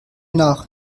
nach